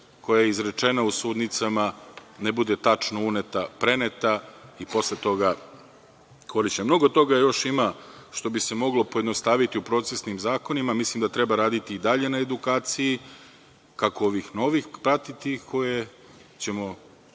koja je izrečena u sudnicama ne bude tačno uneta, preneta i posle toga korišćena. Mnogo toga još ima što bi se moglo pojednostaviti u procesnim zakonima. Mislim da treba raditi i dalje na edukaciji, kako ovih novih, pratiti ih, koje ćemo,